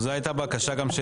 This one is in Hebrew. זו גם הייתה בקשה של